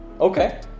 Okay